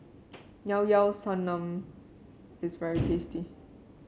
Llao Llao Sanum is very tasty